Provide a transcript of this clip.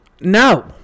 No